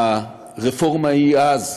ברפורמה אי אז,